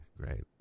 great